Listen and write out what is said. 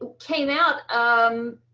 ah came out. um,